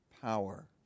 power